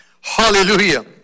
Hallelujah